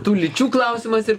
tų lyčių klausimas ir